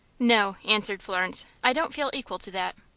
no, answered florence. i don't feel equal to that.